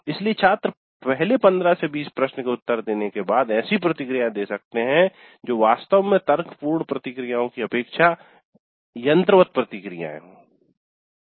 इसलिए छात्र पहले 15 20 प्रश्न के उत्तर देने के बाद ऐसी प्रतिक्रियाएँ दे सकते हैं जो वास्तव में तर्कपूर्ण प्रतिक्रियाओं कि अपेक्षा यंत्रवत प्रतिक्रियाएं हों